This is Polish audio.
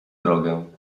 drogę